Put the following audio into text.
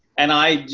and i,